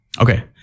Okay